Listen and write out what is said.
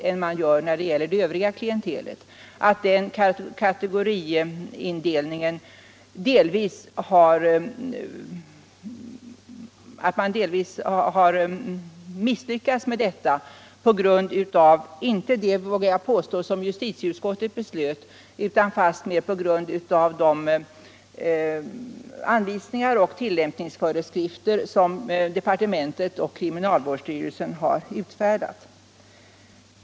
Det har sagts att reformen har medfört att man misslyckats med den differentieringen av klientelet, inte på grund av — det vågar jag påstå — det som justitieutskottet anförde utan fastmer på grund av de anvisningar och tillämpningsföreskrifter som departementet och kriminalvårdsstyrelsen har utfärdat.